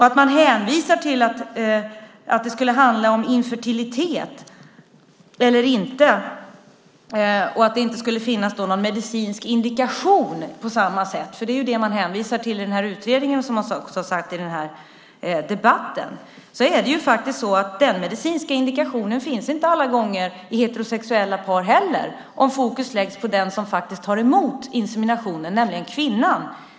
När man hänvisar till att det skulle handla om infertilitet eller inte och att det inte skulle finnas någon medicinsk indikation på samma sätt, för det är ju det man hänvisar till i den utredning som har nämnts i debatten, är det faktiskt så att den medicinska indikationen inte finns alla gånger hos heterosexuella par heller, om fokus läggs på den som faktiskt tar emot inseminationen, nämligen kvinnan.